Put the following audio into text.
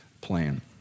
plan